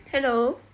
hello